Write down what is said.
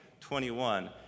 21